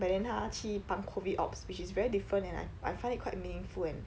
but then 她去帮 COVID ops which is very different leh and I I find it quite meaningful and